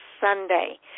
Sunday